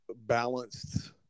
balanced